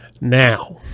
Now